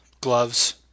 gloves